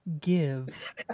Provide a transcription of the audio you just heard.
give